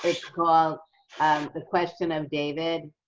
it's called the question of david.